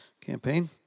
campaign